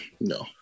no